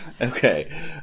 Okay